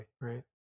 right